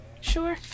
Sure